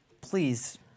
please